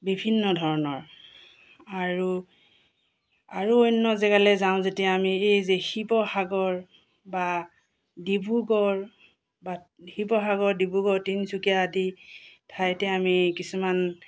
বিভিন্ন ধৰণৰ আৰু আৰু অন্য জেগালৈ যাওঁ যেতিয়া আমি এই যে শিৱসাগৰ বা ডিব্ৰুগড় বা শিৱসাগৰ ডিব্ৰুগড় তিনিচুকীয়া আদি ঠাইতে আমি কিছুমান